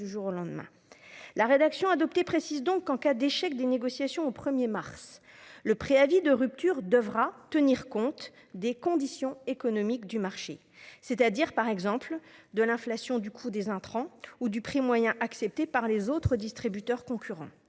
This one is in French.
La rédaction adoptée précise donc que, en cas d'échec des négociations au 1 mars, le préavis de rupture devra tenir compte des conditions économiques du marché, c'est-à-dire, par exemple, de l'inflation du coût des intrants ou du prix moyen accepté par les autres distributeurs concurrents.